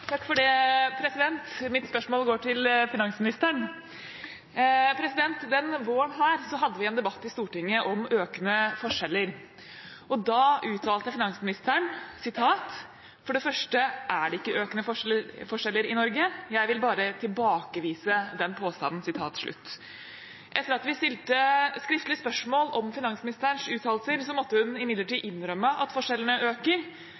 Mitt spørsmål går til finansministeren. Denne våren hadde vi en debatt i Stortinget om økende forskjeller. Da uttalte finansministeren: «For det første er det ikke økende forskjeller i Norge. Jeg vil bare tilbakevise den påstanden.» Etter at vi stilte skriftlig spørsmål om finansministerens uttalelser, måtte hun imidlertid innrømme at forskjellene øker.